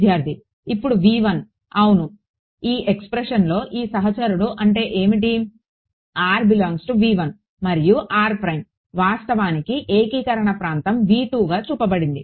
విద్యార్థి ఇప్పుడు అవును ఈ ఎక్స్ప్రెషన్లో ఈ సహచరుడు అంటే ఏమిటి మరియు వాస్తవానికి ఏకీకరణ ప్రాంతం గా చూపబడింది